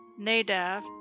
Nadav